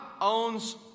owns